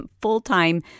full-time